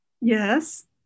Yes